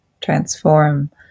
transform